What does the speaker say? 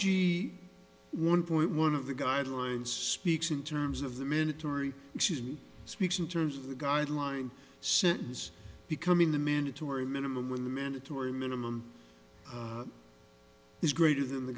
g one point one of the guidelines speaks in terms of the mandatory she speaks in terms of the guideline sentence becoming the mandatory minimum when the mandatory minimum is greater than the